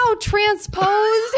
transposed